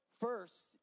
first